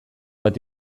bat